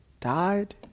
Died